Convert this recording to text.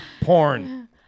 Porn